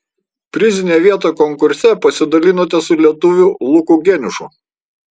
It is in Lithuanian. prizinę vietą konkurse pasidalinote su lietuviu luku geniušu